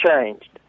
changed